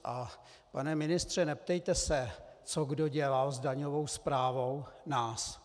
A pane ministře, neptejte se, co kdo dělal s daňovou správou, nás.